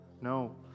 no